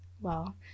Well